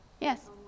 Yes